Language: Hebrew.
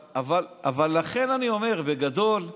אבל לכן אני אומר, בגדול,